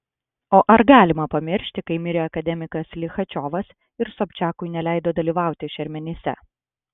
o ar galima pamiršti kai mirė akademikas lichačiovas ir sobčiakui neleido dalyvauti šermenyse